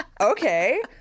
Okay